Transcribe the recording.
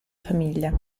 famiglia